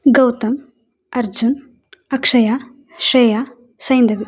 Gautam Arjun Akshaya Shreya Saindhavi